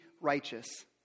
righteous